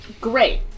Great